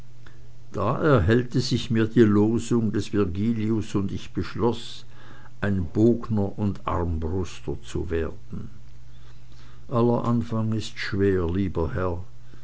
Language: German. da erhellte sich mir die losung des virgilius und ich beschloß ein bogner und armbruster zu werden aller anfang ist schwer lieber herr